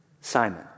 Simon